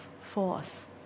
force